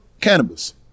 Cannabis